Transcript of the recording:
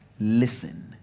Listen